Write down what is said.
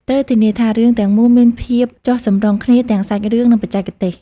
ត្រូវធានាថារឿងទាំងមូលមានភាពចុះសម្រុងគ្នាទាំងសាច់រឿង និងបច្ចេកទេស។